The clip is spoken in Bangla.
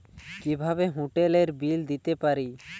কিভাবে হোটেলের বিল দিতে পারি?